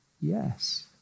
Yes